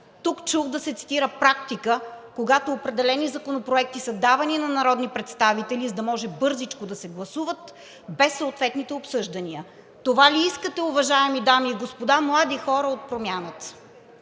Тук чух да се цитира практика, когато определени законопроекти са давани на народни представители, за да може бързичко да се гласуват без съответните обсъждания. Това ли искате, уважаеми дами и господа млади хора от промяната?